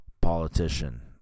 politician